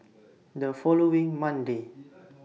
The following Monday